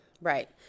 Right